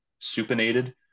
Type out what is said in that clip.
supinated